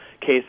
case